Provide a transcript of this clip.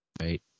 right